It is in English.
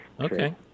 Okay